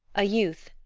a youth,